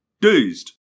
dazed